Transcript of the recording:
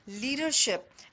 leadership